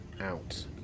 out